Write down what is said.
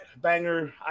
banger